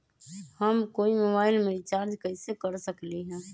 हम कोई मोबाईल में रिचार्ज कईसे कर सकली ह?